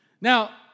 Now